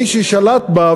מי ששלט בה,